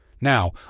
Now